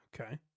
Okay